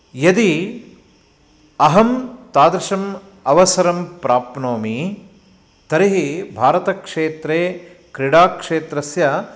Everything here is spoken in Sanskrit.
यदि अहं तादृशम् अवसरं प्राप्नोमि तर्हि भारतक्षेत्रे क्रीडाक्षेत्रस्य